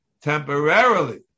temporarily